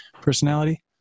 personality